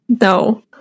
No